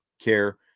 care